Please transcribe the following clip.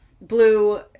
blue